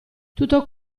tutto